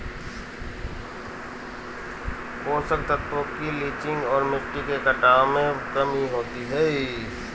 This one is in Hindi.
पोषक तत्वों की लीचिंग और मिट्टी के कटाव में कमी होती है